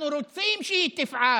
אנחנו רוצים שהיא תפעל